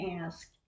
ask